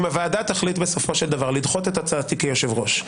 אם הוועדה תחליט בסופו של דבר לדחות את הצעתי כיושב-ראש,